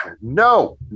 no